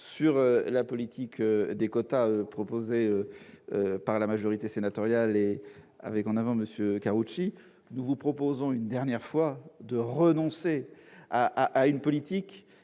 sur la politique des quotas proposée par la majorité sénatoriale- avec, en première ligne, M. Karoutchi -, nous vous proposons, une dernière fois, de renoncer à une politique